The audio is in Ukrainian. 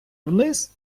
вниз